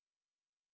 thing